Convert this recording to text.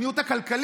שאלת איפה הכסף.